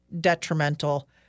detrimental